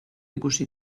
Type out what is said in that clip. ikusi